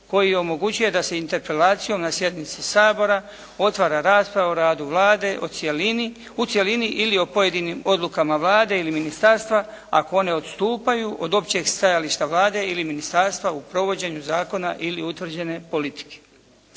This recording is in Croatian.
koji omogućuje da se interpelacijom na sjednici Sabora otvara rasprava o radu Vlade, o cjelini, u cjelini ili o pojedinim odlukama Vlade ili ministarstva ako one odstupaju od općeg stajališta Vlade ili ministarstva u provođenju zakona ili utvrđene politike.